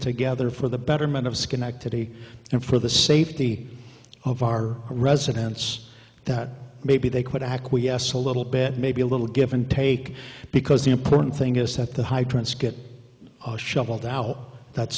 together for the betterment of schenectady and for the safety of our residents that maybe they quit acquiesce a little bit maybe a little give and take because the important thing is that the hydrants get shoveled out that's